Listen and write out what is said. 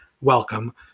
welcome